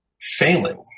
failing